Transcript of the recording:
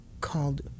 called